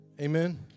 Amen